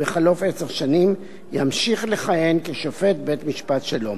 בחלוף עשר שנים, ימשיך לכהן כשופט בית-משפט שלום.